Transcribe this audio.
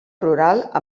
rural